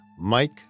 Mike